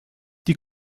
die